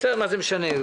בסדר, מה זה משנה.